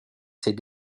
s’est